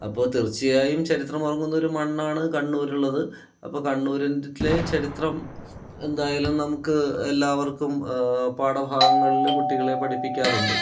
അപ്പം തീർച്ചയായും ചരിത്രമുറങ്ങുന്ന ഒരു മണ്ണാണ് കണ്ണൂരുള്ളത് അപ്പോൾ കണ്ണൂരിൻ്റെ ചരിത്രം എന്തായാലും നമുക്ക് എല്ലാവർക്കും പാഠഭാഗങ്ങളിൽ കുട്ടികളെ പഠിപ്പിക്കാറുണ്ട്